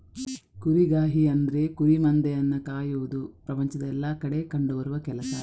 ಕುರಿಗಾಹಿ ಅಂದ್ರೆ ಕುರಿ ಮಂದೆಯನ್ನ ಕಾಯುವುದು ಪ್ರಪಂಚದ ಎಲ್ಲಾ ಕಡೆ ಕಂಡು ಬರುವ ಕೆಲಸ